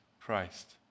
Christ